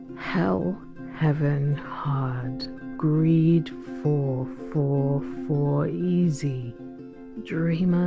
hell heaven hard greed for for for easy dreamer